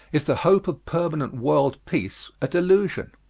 is the hope of permanent world-peace a delusion?